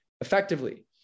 effectively